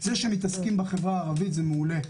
זה שמתעסקים בחברה הערבית זה מעולה,